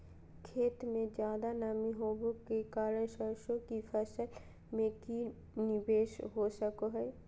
खेत में ज्यादा नमी होबे के कारण सरसों की फसल में की निवेस हो सको हय?